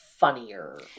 funnier